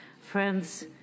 Friends